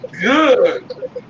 good